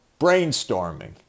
brainstorming